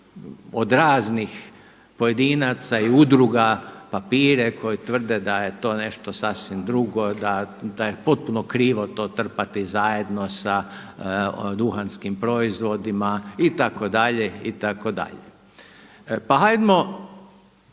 od raznih pojedinaca i udruga papire koji tvrde da je to nešto sasvim drugo, da je potpuno krivo to trpati zajedno sa duhanskim proizvodima itd., itd. Pa hajmo